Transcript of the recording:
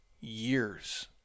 Years